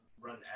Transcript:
run